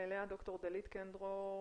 ד"ר דלית קן דרור מאונ'